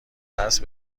دست